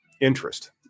interest